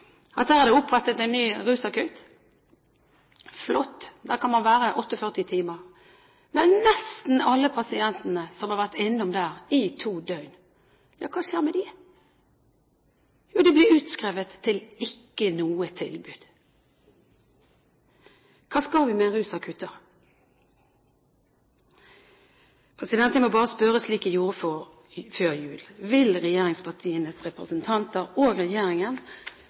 at i Bergen er det opprettet en ny rusakutt. Flott! Der kan man være i 48 timer. Men hva skjer med nesten alle pasientene som har vært innom der i to døgn? Jo, de blir utskrevet – til ikke noe tilbud. Hva skal vi med en rusakutt da? Jeg må bare spørre, slik jeg gjorde før jul: Vil regjeringspartienes representanter, og regjeringen,